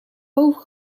boven